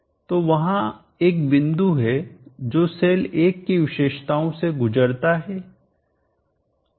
तो वहां एक बिंदु है जो सेल 1 की विशेषताओं से गुजरता है